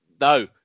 no